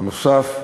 בנוסף,